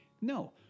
No